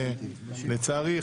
ולצערי,